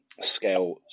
scale